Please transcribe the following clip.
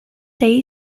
day